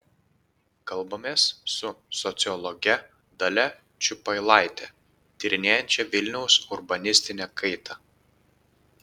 kalbamės su sociologe dalia čiupailaite tyrinėjančia vilniaus urbanistinę kaitą